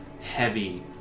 heavy